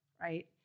right